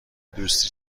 دوستی